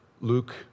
Luke